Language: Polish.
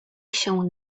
się